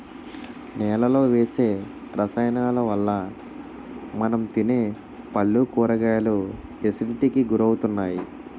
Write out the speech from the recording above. నేలలో వేసే రసాయనాలవల్ల మనం తినే పళ్ళు, కూరగాయలు ఎసిడిటీకి గురవుతున్నాయి